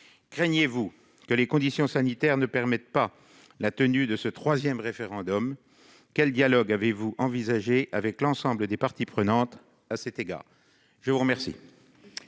craignez-vous que les conditions sanitaires ne permettent pas la tenue de ce troisième référendum ? Quel dialogue envisagez-vous avec l'ensemble des parties prenantes à cet égard ? La parole